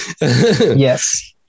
yes